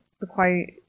require